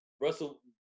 Russell –